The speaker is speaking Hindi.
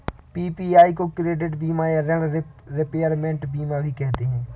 पी.पी.आई को क्रेडिट बीमा या ॠण रिपेयरमेंट बीमा भी कहते हैं